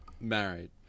married